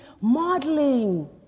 modeling